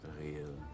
real